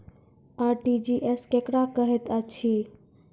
RTGS केकरा कहैत अछि?